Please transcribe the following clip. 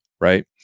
right